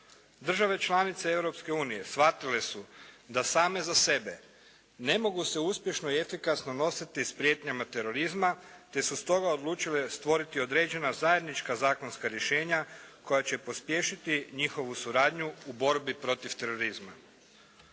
Države članice Europske unije shvatile su da same za sebe ne mogu se uspješno i efikasno nositi s prijetnjama terorizma, te su stoga odlučile stvoriti određena zajednička zakonska rješenja koja će pospješiti njihovu suradnju u borbi protiv terorizma. Potrebna